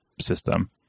system